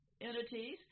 entities